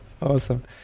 Awesome